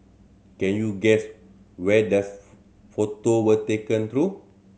can you guess where these photo were taken though